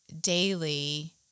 daily